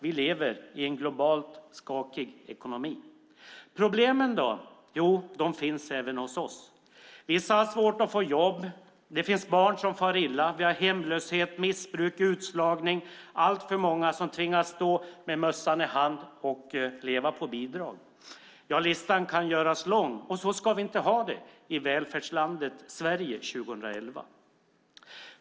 Vi lever i en globalt skakig ekonomi. Hur är det med problemen då? Jo, de finns även hos oss. Vissa har svårt att få jobb. Det finns barn som far illa. Vi har hemlöshet, missbruk, utslagning och alltför många som tvingas stå med mössan i hand och leva på bidrag. Ja, listan kan göras lång, och så ska vi inte ha det i välfärdslandet Sverige år 2011.